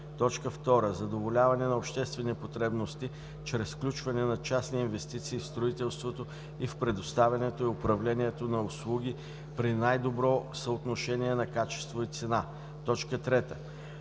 2. задоволяване на обществени потребности чрез включване на частни инвестиции в строителството и в предоставянето и управлението на услуги при най-добро съотношение на качество и цена; 3.